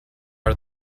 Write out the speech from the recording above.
are